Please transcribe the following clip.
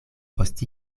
post